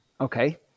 Okay